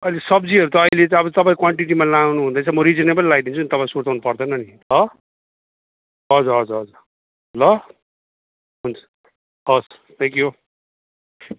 अहिले सब्जीहरू त अहिले त अब तपाईँ क्वान्टिटीमा लानुहुँदैछ म रिजनेबल लगाइदिन्छु नि तपाईँले सुर्ताउनु पर्दैन नि ल हजुर हजुर हजुर ल हुन्छ हवस् थ्याङ्क्यु